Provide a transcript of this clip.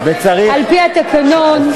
על-פי התקנון,